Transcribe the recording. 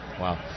Wow